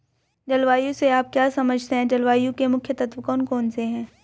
जलवायु से आप क्या समझते हैं जलवायु के मुख्य तत्व कौन कौन से हैं?